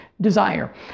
desire